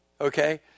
okay